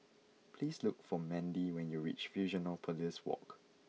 please look for Mandi when you reach Fusionopolis Walk